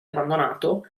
abbandonato